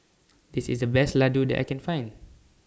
This IS The Best Laddu that I Can Find